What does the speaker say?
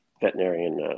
veterinarian